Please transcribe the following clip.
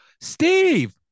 Steve